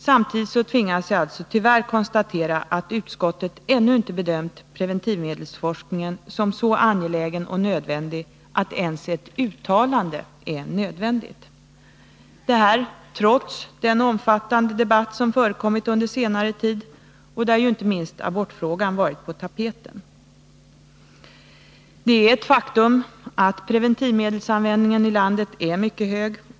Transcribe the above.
Samtidigt tvingas jag alltså tyvärr konstatera att utskottet ännu inte bedömt preventivmedelsforskningen som så angelägen och nödvändig att ens ett uttalande är nödvändigt — detta trots den omfattande debatt som förekommit under senare tid, där inte minst abortfrågan varit på tapeten. Det är ett faktum att preventivmedelsanvändningen i landet är mycket hög.